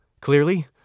Clearly